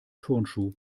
turnschuh